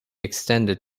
extended